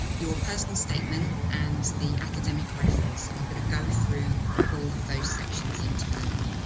your personal statement, and the academic reference. so i'm going to go through all of those sections in turn.